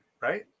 right